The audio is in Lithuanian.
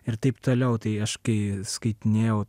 ir taip toliau tai aš kai skaitinėjau